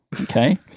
okay